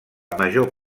major